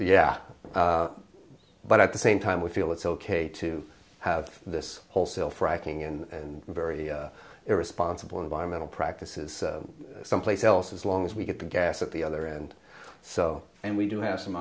at the same time we feel it's ok to have this wholesale frightening and very irresponsible environmental practices someplace else as long as we get the gas at the other end so and we do have some